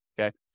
Okay